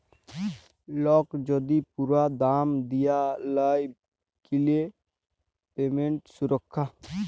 lock যদি পুরা দাম দিয়া লায় কিলে পেমেন্ট সুরক্ষা